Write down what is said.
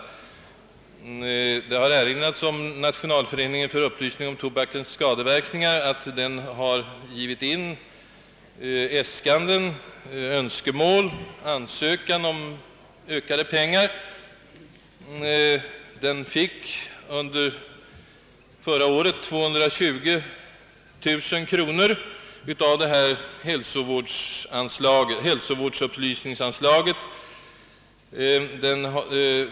Det har erinrats om att Nationalföreningen för upplysning om tobakens skadeverkningar har gett in ansökan om ökade anslag. Den fick under förra året 220 000 kr. av hälsovårdsupplysningsanslaget.